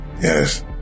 Yes